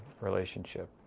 relationship